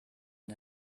man